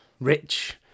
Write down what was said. rich